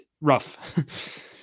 rough